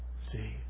See